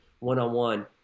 one-on-one